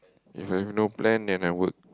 If I have no plan then I work